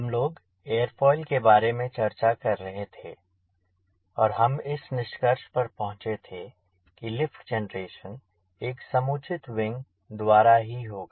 हम लोग के बारे में चर्चा कर रहे थे और हम इस निष्कर्ष पर पहुँचे थे कि लिफ्ट जेनरेशन एक समुचित विंग द्वारा ही होगा